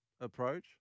approach